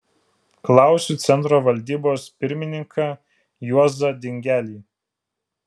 klausiu centro valdybos pirmininką juozą dingelį